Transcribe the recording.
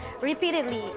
repeatedly